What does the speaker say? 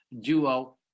duo